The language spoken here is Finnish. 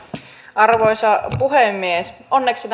arvoisa puhemies onneksi